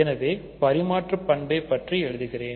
எனவே பரிமாற்று பண்பை பற்றி எழுதுகிறேன்